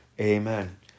Amen